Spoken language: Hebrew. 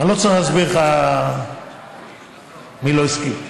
אני לא צריך להסביר לך מי לא הסכים.